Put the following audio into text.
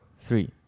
Three